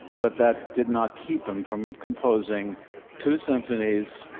but that did not keep him from composing two symphonies,